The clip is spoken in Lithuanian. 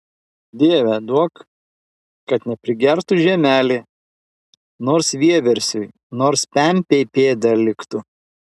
dieve duok kad neprigertų žemelė nors vieversiui nors pempei pėda liktų